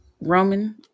Roman